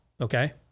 Okay